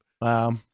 Wow